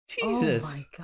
Jesus